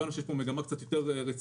הבנו שיש פה מגמה קצת יותר רצינית.